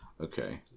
Okay